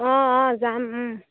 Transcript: অঁ অঁ যাম